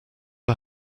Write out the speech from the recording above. are